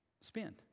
spend